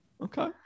Okay